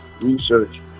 research